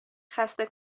خسته